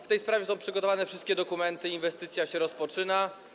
W tej sprawie są przygotowane wszystkie dokumenty, inwestycja się rozpoczyna.